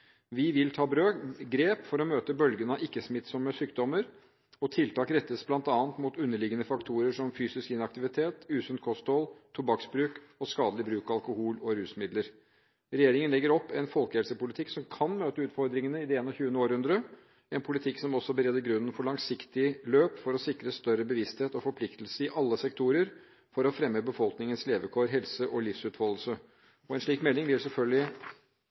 Vi vil ta grep for å møte bølgen av ikke-smittsomme sykdommer, og tiltak rettes bl.a. mot underliggende faktorer som fysisk inaktivitet, usunt kosthold, tobakksbruk og skadelig bruk av alkohol og rusmidler. Regjeringen legger opp en folkehelsepolitikk som kan møte utfordringene i det 21. århundre, en politikk som også bereder grunnen for et langsiktig løp for å sikre større bevissthet og forpliktelse i alle sektorer for å fremme befolkningens levekår, helse og livsutfoldelse. En slik melding vil selvfølgelig,